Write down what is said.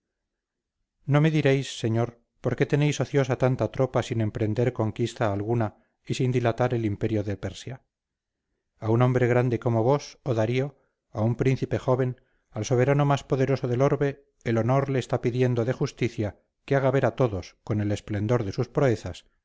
no me diréis señor por qué tenéis ociosa tanta tropa sin emprender conquista alguna y sin dilatar el imperio de persia a un hombre grande como vos oh darío a un príncipe joven al soberano más poderoso del orbe el honor le está pidiendo de justicia que haga ver a todos con el esplendor de sus proezas